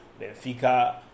Benfica